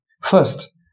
First